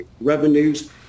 revenues